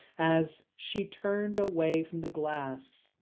as she turned away from the glass,